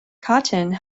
cotton